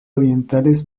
orientales